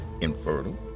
infertile